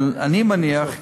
אבל אני מניח,